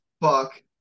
Fuck